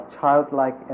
childlike